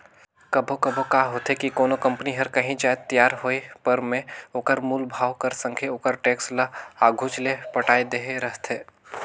कभों कभों का होथे कि कोनो कंपनी हर कांही जाएत तियार होय पर में ओकर मूल भाव कर संघे ओकर टेक्स ल आघुच ले पटाए देहे रहथे